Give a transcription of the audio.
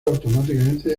automáticamente